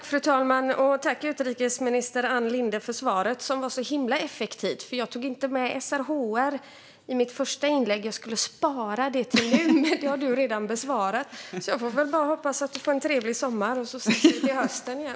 Fru talman! Tack, utrikesminister Ann Linde, för svaret, som var så himla effektivt! Jag tog inte med SRHR i mitt första inlägg. Det skulle jag spara till nu, men nu är det redan besvarat. Jag får bara önska en trevlig sommar, och så ses vi till hösten igen.